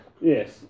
Yes